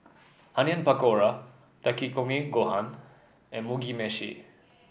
Onion Pakora Takikomi Gohan and Mugi Meshi